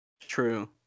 True